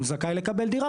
הוא זכאי לקבל דירה,